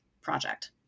project